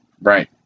right